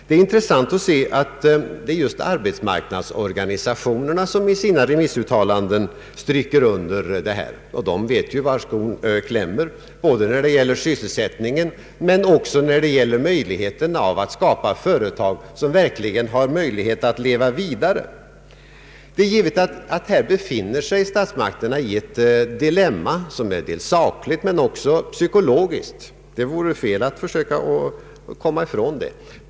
Det är intressant att se att det just är arbetsmarknadsorganisationerna som i sina remissuttalanden understryker detta. De vet ju var skon klämmer både när det gäller sysselsättningen och när det gäller möjligheten att skapa företag som verkligen kan leva vidare. Det är givet att statsmakterna här befinner sig i ett sakligt men också psykologiskt dilemma. Det vore fel att försöka komma ifrån det.